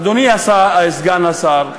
אדוני סגן השר,